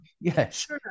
Yes